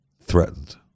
threatened